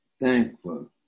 thankful